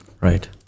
right